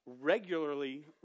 regularly